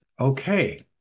Okay